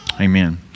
Amen